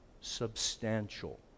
substantial